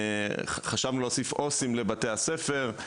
חשבנו להוסיף עו"סים לבתי הספר,